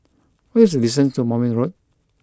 what is the distance to Moulmein Road